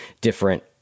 different